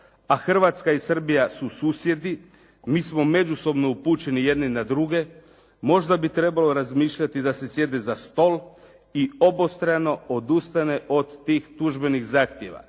a Hrvatska i Srbija su susjedi, mi smo međusobno upućeni jedni na druge. Možda bi trebalo razmišljati da se sjedne za stol i obostrano odustane od tih tužbenih zahtjeva